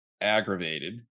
aggravated